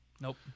Nope